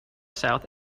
south